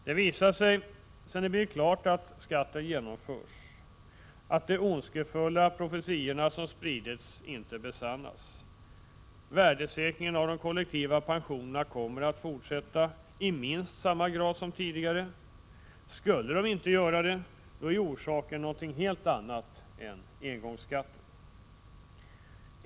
Det visar sig, sedan det blivit klart att skatten skall genomföras, att de ondskefulla profetiorna inte besannas. Värdesäkringen av de kollektiva pensionerna kommer att fortsätta i minst samma grad som tidigare. Skulle de inte göra detta är orsaken en helt annan än engångsskatten.